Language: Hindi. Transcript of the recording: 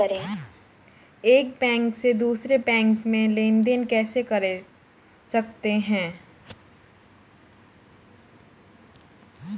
एक बैंक से दूसरे बैंक में लेनदेन कैसे कर सकते हैं?